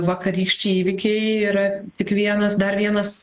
vakarykščiai įvykiai yra tik vienas dar vienas